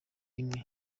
imwe